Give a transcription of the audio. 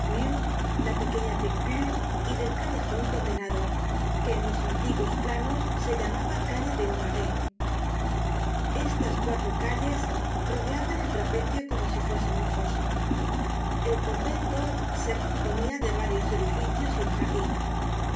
la pequeña de picpus y del callejon condenado que en los antiguos planos se llamaba calle au marais estas cuatro calles rodeaban el trapecio como si fuesen un foso el convento se componia de varios edificios y un jardin